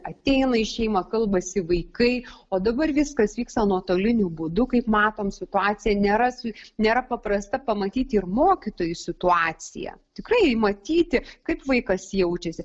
ateina į šeimą kalbasi vaikai o dabar viskas vyksta nuotoliniu būdu kaip matome situacija nėra su nėra paprasta pamatyti ir mokytojui situacija tikrai matyti kaip vaikas jaučiasi